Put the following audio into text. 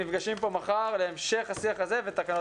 ניפגש פה מחר ליתר התקנות.